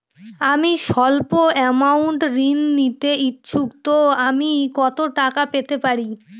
আমি সল্প আমৌন্ট ঋণ নিতে ইচ্ছুক তো আমি কত টাকা পেতে পারি?